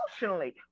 emotionally